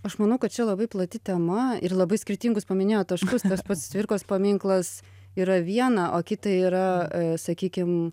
aš manau kad čia labai plati tema ir labai skirtingus paminėjot taškus tas pats cvirkos paminklas yra viena o kita yra sakykim